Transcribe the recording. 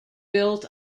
built